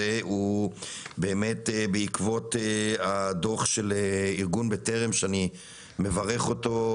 הוא בעקבות הדוח של ארגון בטרם שאני מברך אותו,